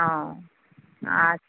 ও আচ্ছা